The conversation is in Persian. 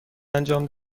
انجام